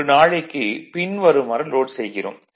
ஒரு நாளைக்கு பின்வருமாறு லோட் செய்கிறோம்